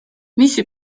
მისი